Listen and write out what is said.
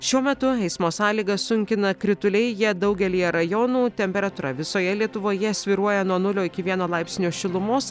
šiuo metu eismo sąlygas sunkina krituliai jie daugelyje rajonų temperatūra visoje lietuvoje svyruoja nuo nulio iki vieno laipsnio šilumos